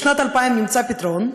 בשנת 2000 נמצא פתרון,